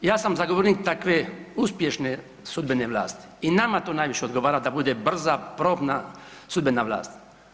Ja sam zagovornik takve uspješne sudbene vlasti i nama to najviše odgovara da bude brza, promptna sudbena vlast.